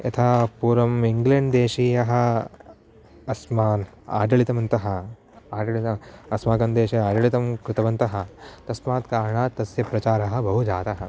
यथा पूर्वम् इङ्ल्यण्ड् देशीयाः अस्मान् आडळितवन्तः आडळित अस्माकं देशे आडळितं कृतवन्तः तस्मात् कारणात् तस्य प्रचारः बहु जातः